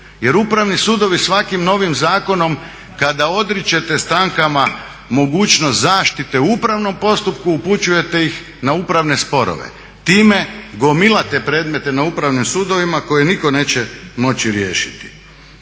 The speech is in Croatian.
jer upravni sudovi svakim novim zakonom kada odričete strankama mogućnost zaštite u upravnom postupku upućujete ih na upravne sporove. Time gomilate predmete na upravnim sudovima koje nitko neće moći riješiti.